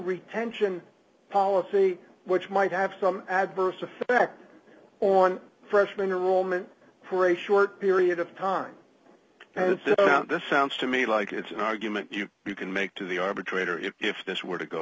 retention policy which might have some adverse effect on freshman or woman for a short period of time and this sounds to me like it's an argument you you can make to the arbitrator if if this were to go